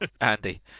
andy